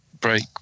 break